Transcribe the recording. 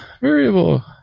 Variable